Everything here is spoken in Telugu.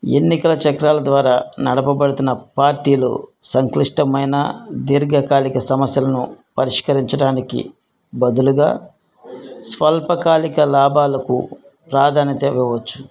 ఎన్నికల చక్రాల ద్వారా నడపబడుతున్న పార్టీలు సంక్లిష్టమైన దీర్ఘకాలిక సమస్యలను పరిష్కరించడానికి బదులుగా స్వల్పకాలిక లాభాలకు ప్రాధాన్యత ఇవ్వచ్చు